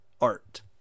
art